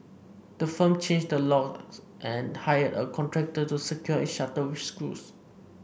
the firm changed the lock and hired a contractor to secure its shutter with screws